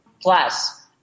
plus